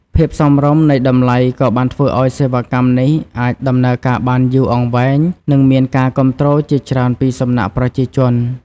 ភាពសមរម្យនៃតម្លៃក៏បានធ្វើឱ្យសេវាកម្មនេះអាចដំណើរការបានយូរអង្វែងនិងមានការគាំទ្រជាច្រើនពីសំណាក់ប្រជាជន។